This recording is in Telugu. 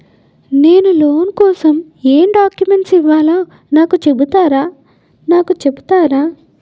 నేను లోన్ కోసం ఎం డాక్యుమెంట్స్ ఇవ్వాలో నాకు చెపుతారా నాకు చెపుతారా?